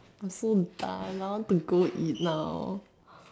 I'm so done I want to go eat now